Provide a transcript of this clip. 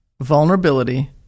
vulnerability